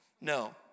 No